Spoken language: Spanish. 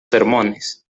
sermones